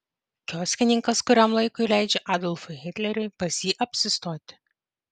kioskininkas kuriam laikui leidžia adolfui hitleriui pas jį apsistoti